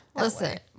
Listen